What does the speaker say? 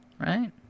right